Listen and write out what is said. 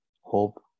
hope